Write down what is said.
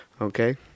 Okay